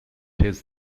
his